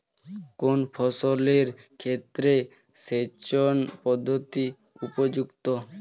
কোন ফসলের ক্ষেত্রে সেচন পদ্ধতি উপযুক্ত?